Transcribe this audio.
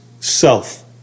Self